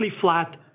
flat